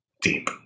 deep